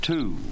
Two